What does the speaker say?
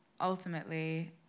ultimately